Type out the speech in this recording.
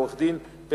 לעורכת-דין בתיה ארטמן,